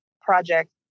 project